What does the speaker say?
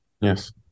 Yes